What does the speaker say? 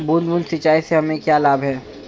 बूंद बूंद सिंचाई से हमें क्या लाभ है?